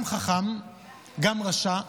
גם חכם, גם רשע,